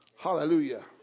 Hallelujah